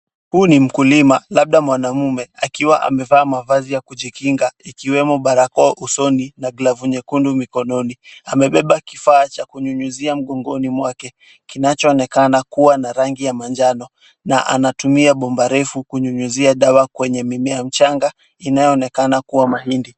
Huyu ni mkulima labda mwanaume akiwa amevaa mavazi ya kujikinga ikiwemo barakoa usoni na glavu nyekundu mkononi. Amebeba kifaa cha kunyunyizia mgongoni mwake, kinachoonekana kuwa ya rangi ya manjano na anatumia bomba refu kunyunyizia dawa kwenye mimea, mchanga inaonekana kuwa mahindi.